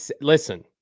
listen